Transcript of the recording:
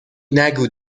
نگو